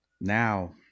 now